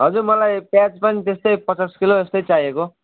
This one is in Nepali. हजुर मलाई प्याज पनि त्यस्तै पचास किलो जस्तै चाहिएको